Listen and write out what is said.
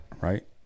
Right